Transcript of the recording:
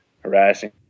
harassing